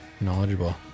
knowledgeable